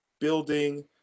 building